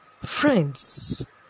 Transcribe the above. Friends